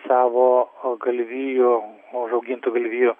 savo galvijų užaugintų galvijų